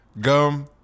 gum